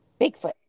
Bigfoot